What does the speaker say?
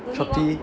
Shopee